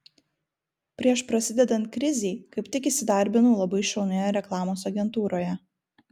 prieš prasidedant krizei kaip tik įsidarbinau labai šaunioje reklamos agentūroje